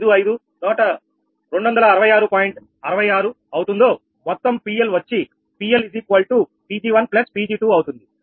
66 అవుతుందో మొత్తం PL వచ్చి PL𝑃𝑔1𝑃𝑔2 అవుతుంది